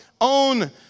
own